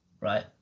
right